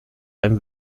beim